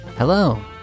Hello